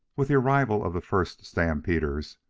with the arrival of the first stampeders,